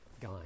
guy